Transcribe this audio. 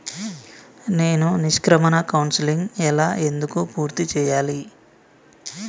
నేను నిష్క్రమణ కౌన్సెలింగ్ ఎలా ఎందుకు పూర్తి చేయాలి?